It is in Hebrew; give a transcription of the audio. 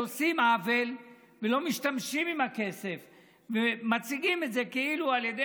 עושים עוול ולא משתמשים בכסף ומציגים כאילו על ידי